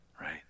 right